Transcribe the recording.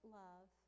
love